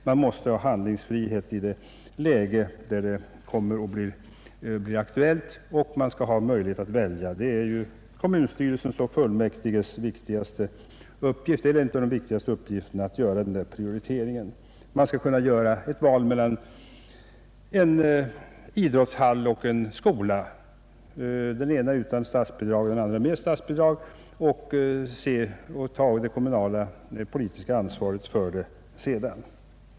Man måste ha handlingsfrihet i det läge där byggandet blir aktuellt och man måste ha möjlighet att välja. Att göra denna prioritering är en av kommunstyrelsens och fullmäktiges viktigaste uppgifter. Man skall kunna träffa ett val mellan uppförandet av en idrottshall och en skola, det ena utan statsbidrag och det andra med statsbidrag, varpå man får ta det kommunala politiska ansvaret.